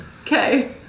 Okay